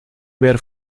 ver